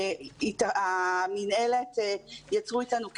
המינהלת יצרו איתנו קשר,